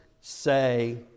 say